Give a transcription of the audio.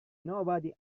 nobody